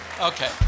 Okay